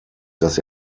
dass